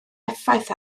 effaith